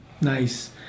nice